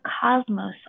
cosmos